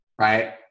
right